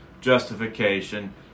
justification